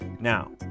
Now